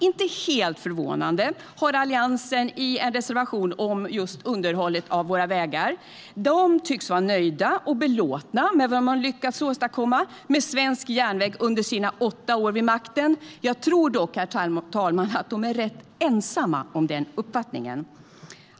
Inte helt förvånande har Alliansen en reservation om underhållet av våra järnvägar. De tycks vara nöjda och belåtna med vad de lyckats åstadkomma med svensk järnväg under sina åtta år vid makten. Jag tror dock, herr talman, att de är rätt ensamma om den uppfattningen.